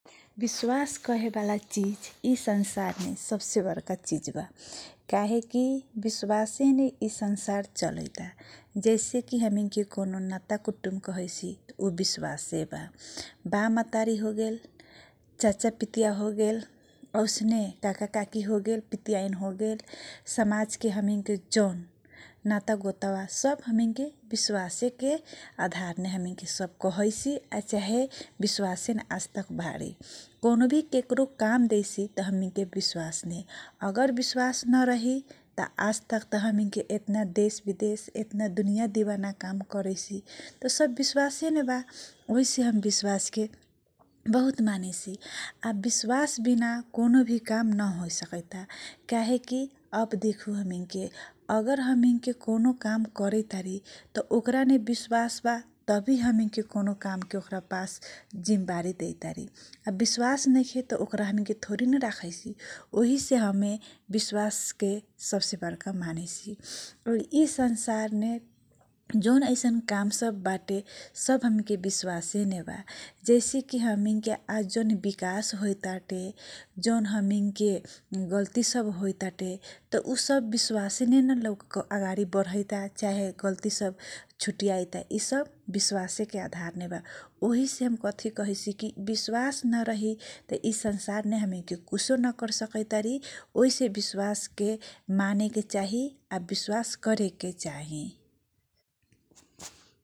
विश्वास कहेवाला चिज यी संसार मे सबसे बरका चिजबा काहेकी विश्वास मे यी संसार चलैता जैसेकी हामी के नाता कुटुम कके विश्वास बा बाप मतारी होगेल फोगेल चाचा पित्या होगेल। औसने काका काकी हो गेल पित्याइन् होगेल। समाज के जाउन नातागोता सब हमके विश्वास के आधार मे हमिंग के सब कहैसी चाहे विश्वास मे आज तक बा कनो भी के करो काम देसी त हामी के विश्वास अगर विश्वास नरही त आज तक हामी के देश विदेश दुनिया दिवाना काम करेसी सब विश्वास मे बा वही से हम विश्वास के बहुतमा मानसि या विश्वासबिना कनोभि काम न होइसकैता काहेकी अब देखु हामी के अगर हामी के कौनो काम करै तारी उक्रामे विश्वास बा तभी हामी के कौनो काम के जिम्मेवारी दे तारी विश्वास नैखेत ओकारा हमिङके थोरिन राखैसी ओही से हमे विश्वास के सबसे बर्का मानसियी संसार मे जोन ऐसन काम सबाटे सब हामी के विश्वास मे बा जैसे कि हामी के जोन जोन विकास हो इता जन हमिङके गल्ती सब होइताते उ सब विश्वास मे अगाडि बरैता चाहे छुट्टी आइता यी सब विश्वास के आधार मे वही से हम कथी कहैसिकी विश्वास नरहे यी संसार मे कुछुना कर सकैता ओही से विश्वास के मानेके चाहिँ या विश्वास गरेकै चाहिँ ।